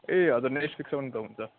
ए हजुर नेक्स्ट विकसम्म त हुन्छ